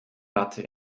ratte